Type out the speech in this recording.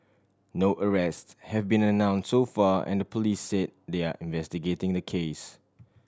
no arrest have been announce so far and the police say they are investigating the case